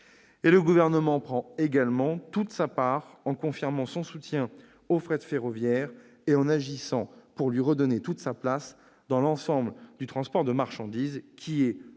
Le Gouvernement prend également toute sa part à cet effort en confirmant son soutien au fret ferroviaire et en agissant pour lui redonner toute sa place dans l'ensemble du transport de marchandises, qui est,